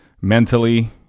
mentally